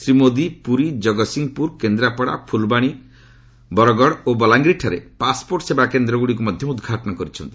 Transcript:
ଶ୍ରୀ ମୋଦି ପୁରୀ ଜଗତ୍ସିଂହପୁର କେନ୍ଦ୍ରାପଡ଼ା ଫୁଲବାଣୀ ବରଗଡ଼ ଓ ବଲାଙ୍ଗୀରଠାରେ ପାସ୍ପୋର୍ଟ ସେବା କେନ୍ଦ୍ରଗୁଡ଼ିକୁ ମଧ୍ୟ ଉଦ୍ଘାଟନ କରିଛନ୍ତି